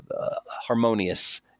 harmonious